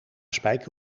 spijker